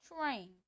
train